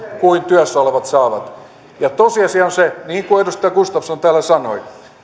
kuin työssä olevat saavat tosiasia on se niin kuin edustaja gustafsson täällä sanoi